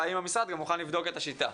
והאם המשרד גם מוכן לבדוק את השיטה.